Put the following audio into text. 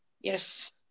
yes